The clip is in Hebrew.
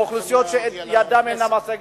באוכלוסיות שידן אינן משגת.